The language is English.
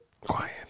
Quiet